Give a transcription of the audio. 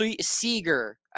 Seeger